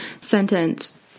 sentence